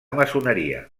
maçoneria